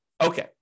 Okay